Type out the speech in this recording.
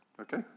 Okay